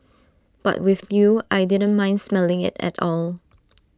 but with you I didn't mind smelling IT at all